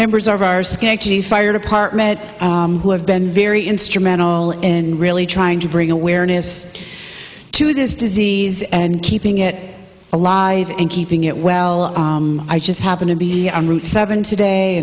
members of our skanky fire department who have been very instrumental in really trying to bring awareness to this disease and keeping it alive and keeping it well i just happened to be on route seven today